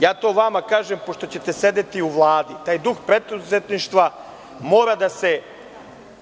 Kažem to vama pošto ćete sedeti u Vladi, taj duh preduzetništva mora da se